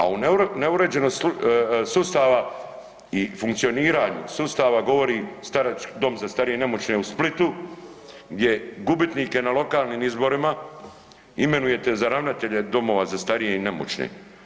A o neuređenosti sustava i funkcioniranju sustava govori Dom za starije i nemoćne u Splitu gdje gubitnike na lokalnim izborima imenujete za ravnatelje domova za starije i nemoćne.